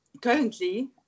currently